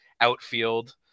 outfield